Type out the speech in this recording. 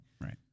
Right